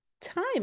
time